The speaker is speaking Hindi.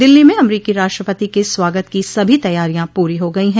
दिल्ली में अमरीकी राष्ट्रपति के स्वागत की सभी तैयारियां पूरी हो गई हैं